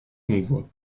convoi